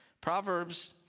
Proverbs